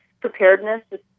preparedness